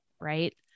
Right